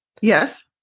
Yes